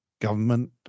government